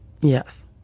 Yes